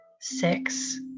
six